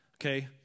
Okay